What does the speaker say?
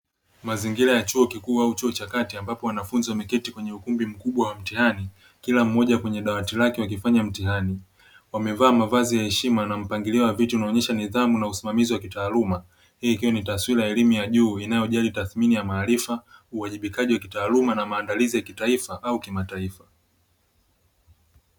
Mazingira ya chuo kikuu au chuo cha kati ambapo wanafunzi wameketi kwenye ukumbi mkubwa wa mitihani, kila mmoja kwenye dawati lake wakifanya mtihani, wamevaa mavazi ya heshima na mpangilio wa vitu unaonyesha nidhamu na usimamizi wa kitaaluma, hii ikiwa ni taaswira ya elimu ya juu inayojali tathmini ya maarifa, uwajibikaji wa kitaaluma na maandalizi ya kitaifa au kimataifa.